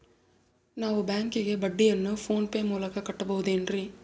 ನಾವು ಬ್ಯಾಂಕಿಗೆ ಬಡ್ಡಿಯನ್ನು ಫೋನ್ ಪೇ ಮೂಲಕ ಕಟ್ಟಬಹುದೇನ್ರಿ?